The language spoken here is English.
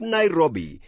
Nairobi